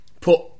put